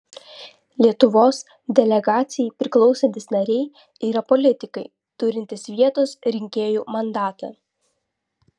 lietuvos delegacijai priklausantys nariai yra politikai turintys vietos rinkėjų mandatą